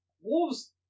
Wolves